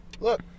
Look